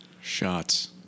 Shots